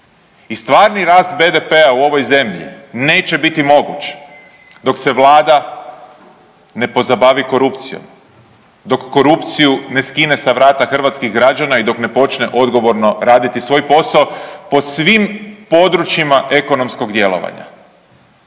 I stvarni rast BDP-a neće biti moguć dok se vlada ne pozabavi korupcijom, dok korupciju ne skine s vrata hrvatskih građana i dok ne počne odgovorno raditi svoj posao po svim područjima ekonomskog djelovanja.